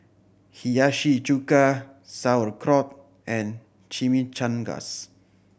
Hiyashi Chuka Sauerkraut and Chimichangas